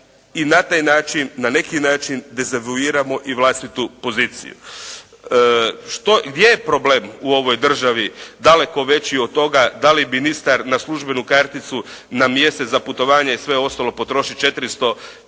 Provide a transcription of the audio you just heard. i na taj način, na neki način dezavuiramo i vlastitu poziciju. Gdje je problem u ovoj državi, daleko veći od toga da li ministar na službenu karticu na mjesec za putovanja i sve ostalo potroši 450 eura,